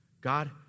God